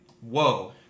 Whoa